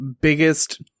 biggest